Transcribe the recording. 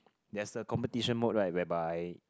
there is a competition mode right whereby